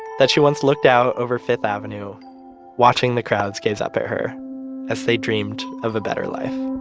that she once looked out over fifth avenue watching the crowds gaze up at her as they dreamed of a better life